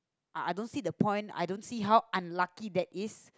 I don't see the point I don't see how unlucky that is